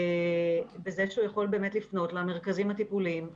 בזה שהוא יכול לפנות למרכזים הטיפוליים,